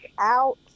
out